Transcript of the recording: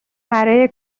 برای